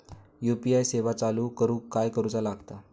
UPI सेवा चालू करूक काय करूचा लागता?